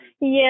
Yes